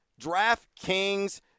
DraftKings